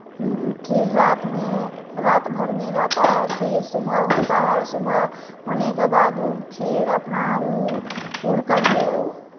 फिर रात में रात भर में रहता है फिर सुबह होता है सुबह होने के बाद वो फिर अपना उ उड़ करके